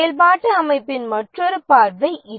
செயல்பாட்டு அமைப்பின் மற்றொரு பார்வை இது